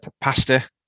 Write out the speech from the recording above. pasta